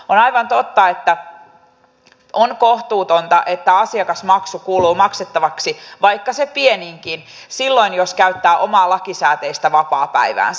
on aivan totta että on kohtuutonta että asiakasmaksu kuuluu maksettavaksi vaikka se pieninkin silloin jos käyttää omaa lakisääteistä vapaapäiväänsä